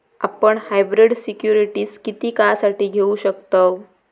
आपण hybrid securities किती काळासाठी घेऊ शकतव